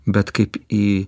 bet kaip į